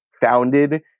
founded